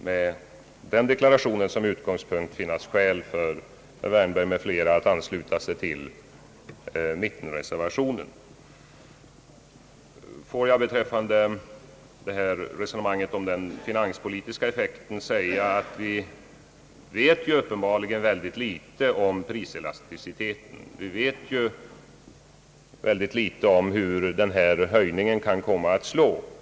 Med den deklarationen som utgångspunkt borde det finnas skäl för herr Wärnberg m.fl. att ansluta sig till mittenreservationen. Beträffande resonemanget om den finanspolitiska effekten vill jag framhålla, att vi uppenbarligen vet väldigt litet om priselasticiteten samt om hur denna höjning kan komma att slå.